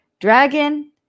Dragon